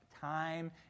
Time